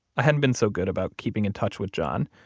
i hadn't been so good about keeping in touch with john.